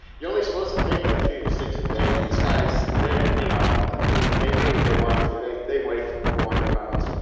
you're only supposed to take like three to six a day. these guys, they you know ah they do what they want to. they they weigh four hundred pounds.